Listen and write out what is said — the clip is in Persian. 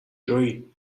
جویی